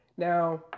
Now